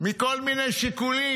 מכל מיני שיקולים.